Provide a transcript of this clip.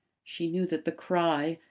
she knew that the cry,